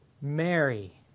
Mary